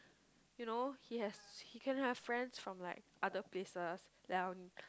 you know he has he can have friends from like other places